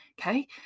okay